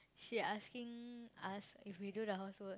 she asking us if we do the housework